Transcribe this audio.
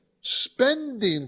Spending